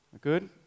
Good